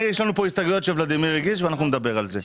יש לנו כאן הסתייגויות שהגיש ולדימיר ואנחנו נדבר על זה.